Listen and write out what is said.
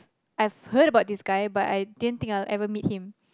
I've heard about this guy but I didn't think I'd ever meet him